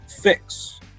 fix